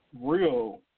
real